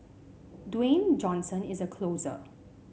Dwayne Johnson is a closer